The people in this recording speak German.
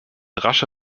rasche